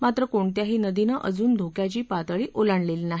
मात्र कोणत्याही नदीनं अजून धोक्याची पातळी ओलांडलेली नाही